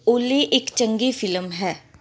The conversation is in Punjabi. ਓਲੀ ਇੱਕ ਚੰਗੀ ਫਿਲਮ ਹੈ